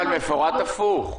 אבל מפורט הפוך.